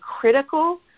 critical